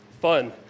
fun